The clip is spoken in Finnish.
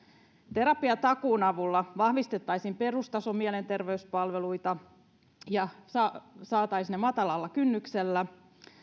terapiatakuun avulla vahvistettaisiin perustason mielenterveyspalveluita ja saataisiin ne matalalla kynnyksellä